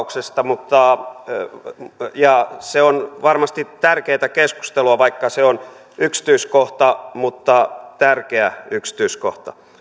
keskustelua tästä kapitaatiokorvauksesta ja se on varmasti tärkeää keskustelua vaikka se on yksityiskohta se on tärkeä yksityiskohta